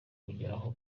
kugeraho